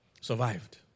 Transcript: survived